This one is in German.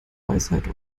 weisheit